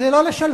זה לא לשלום.